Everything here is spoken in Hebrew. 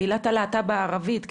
קהילת הלהט"ב הערבית,